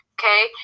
Okay